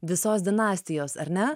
visos dinastijos ar ne